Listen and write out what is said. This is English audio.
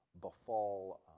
befall